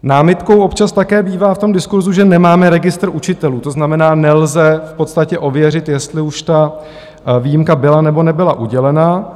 Námitkou občas také bývá v tom diskurzu, že nemáme registr učitelů, to znamená, nelze v podstatě ověřit, jestli už ta výjimka byla nebo nebyla udělena.